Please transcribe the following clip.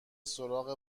سراغ